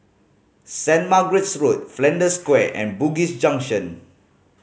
Saint Margaret's Road Flanders Square and Bugis Junction